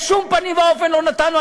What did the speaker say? בשום פנים ואופן לא נתנו.